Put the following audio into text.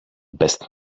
best